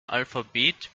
alphabet